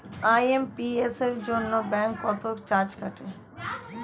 IMPS এর জন্য bank কত চার্জ কাটে?